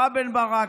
רם בן ברק,